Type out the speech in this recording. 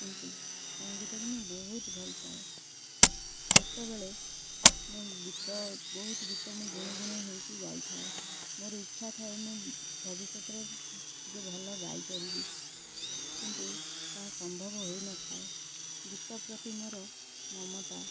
କିନ୍ତୁ ସଙ୍ଗୀତକୁ ମୁଁ ବହୁତ ଭଲ ପାଏ ଛୋଟବେଳେ ମୁଁ ଗୀତ ବହୁତ ଗୀତ ମୁଁ ଗୁଣୁଗୁଣୁ ହେଇକି ଗାଇଥାଏ ମୋର ଇଚ୍ଛା ଥାଏ ମୁଁ ଭବିଷ୍ୟତରେ ଟିକେ ଭଲ ଗାଇପାରିବି କିନ୍ତୁ ତାହା ସମ୍ଭବ ହୋଇନଥାଏ ଗୀତ ପ୍ରତି ମୋର ମମତା